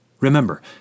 Remember